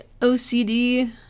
OCD